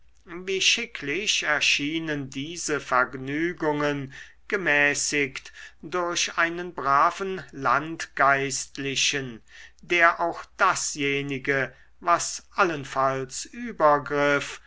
wie schicklich erschienen diese vergnügungen gemäßigt durch einen braven landgeistlichen der auch dasjenige was allenfalls übergriff